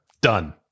Done